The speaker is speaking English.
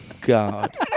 God